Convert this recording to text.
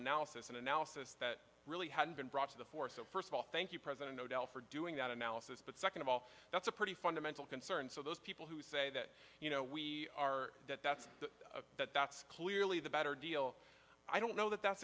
analysis and analysis that really hadn't been brought to the fore so first of all thank you president nobel for doing that analysis but second of all that's a pretty fundamental concern so those people who say that you know we are that that's the that's clearly the better deal i don't know that that's